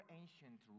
ancient